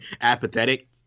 apathetic